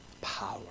power